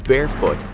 barefoot,